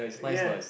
ya